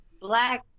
black